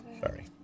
Sorry